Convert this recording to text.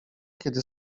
kiedy